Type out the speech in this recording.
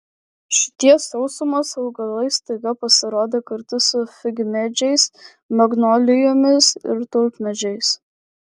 šitie sausumos augalai staiga pasirodė kartu su figmedžiais magnolijomis ir tulpmedžiais